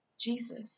Jesus